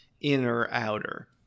inner-outer